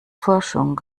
forschung